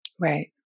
Right